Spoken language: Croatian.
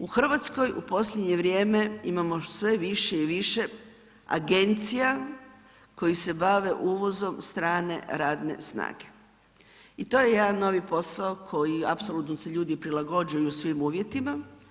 U Hrvatskoj u posljednje vrijeme imamo sve više i više agencija koje se bave uvozom strane radne snage i to je jedan novi posao koji apsolutno se ljudi prilagođavaju svim uvjetima.